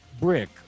Brick